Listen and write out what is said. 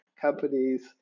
companies